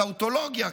טאוטולוגיה,